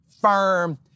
firm